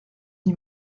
n’y